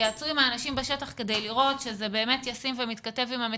תתייעצו עם האנשים בשטח כדי לראות שזה באמת ישים ומתכתב עם המציאות.